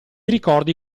ricordi